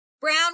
brown